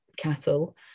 cattle